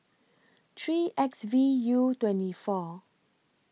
three X V U twenty four